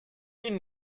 bin